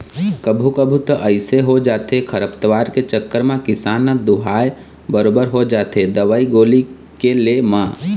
कभू कभू तो अइसे हो जाथे खरपतवार के चक्कर म किसान ह दूहाय बरोबर हो जाथे दवई गोली के ले म